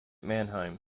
mannheim